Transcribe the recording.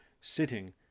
sitting